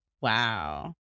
Wow